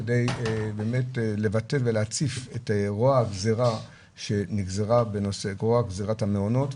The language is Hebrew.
כדי באמת לבטא ולהציף את רוע הגזירה שנגזרה בנושא זירת המעונות.